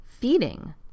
feeding